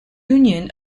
union